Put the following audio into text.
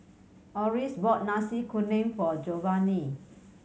Oris bought Nasi Kuning for Jovany